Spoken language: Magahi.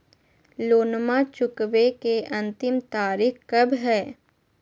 लोनमा चुकबे के अंतिम तारीख कब हय?